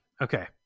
Okay